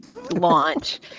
Launch